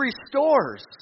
restores